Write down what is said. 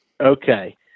Okay